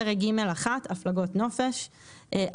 פרק ג1 "פרק ג1: הפלגת נופש הגדרות32א.